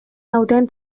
nauten